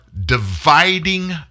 dividing